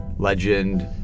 legend